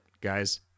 guys